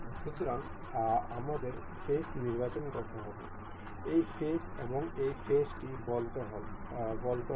সুতরাং আমাদের ফেস নির্বাচন করতে হবে এই ফেস এবং এই ফেস টি বলতে হবে